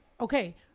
okay